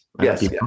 Yes